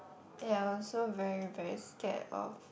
ya also very very scared of